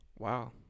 Wow